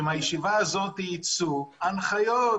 שמהישיבה הזו ייצאו הנחיות,